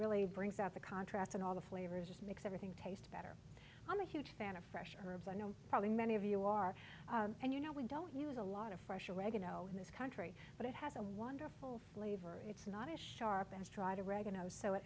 really brings out the contrasts and all the flavors just makes everything taste better i'm a huge fan of fresh herbs i know probably many of you are and you know we don't use a lot of fresh oregano in this country but it has a wonderful flavor it's not as sharp as dry to regen oh so it